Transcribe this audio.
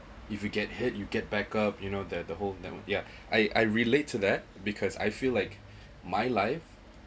if you get hit you get back up you know that the whole network yeah I I relate to that because I feel like my life